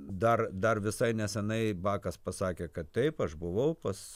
dar dar visai nesenai bakas pasakė kad taip aš buvau pas